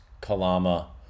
Kalama